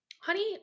honey